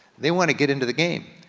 they wanna get into the game.